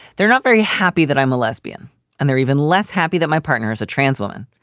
they're not very happy that i'm a lesbian and they're even less happy that my partner is a transwoman.